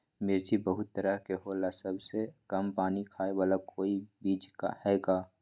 मिर्ची बहुत तरह के होला सबसे कम पानी खाए वाला कोई बीज है का?